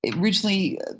Originally